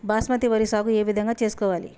బాస్మతి వరి సాగు ఏ విధంగా చేసుకోవాలి?